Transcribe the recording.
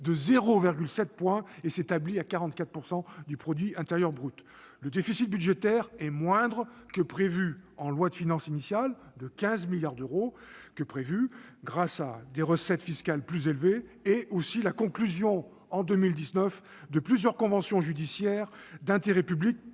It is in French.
de 0,7 point et s'établit à 44,1 % du PIB. Le déficit budgétaire est moindre que prévu en loi de finances initiale de 15 milliards d'euros, grâce à des recettes fiscales plus élevées et à la conclusion, en 2019, de plusieurs conventions judiciaires d'intérêt public,